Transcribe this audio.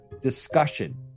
discussion